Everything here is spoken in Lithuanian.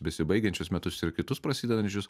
besibaigiančius metus ir kitus prasidedančius